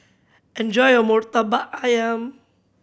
enjoy your Murtabak Ayam